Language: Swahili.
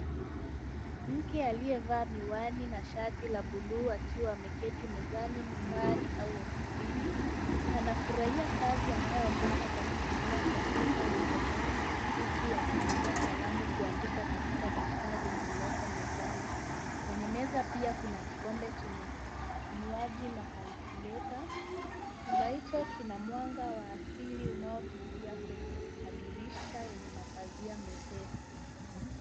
Mwanamke aliyevaa miwani na shati la buluu akiwa ameketi mezani nyumbani au ofisini anafurahia kazi anayofanya kwa kutumia kompyuta ya mkononi huku akitumia kalamu kuandika katika daftari lililoko mezani. Kwenye meza pia kuna kikombe chenye kinywaji na calculator . Chumba hicho kina mwanga wa asili unaopitia kwenye madirisha yenye mapazia mepesi.